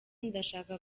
ndashaka